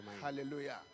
Hallelujah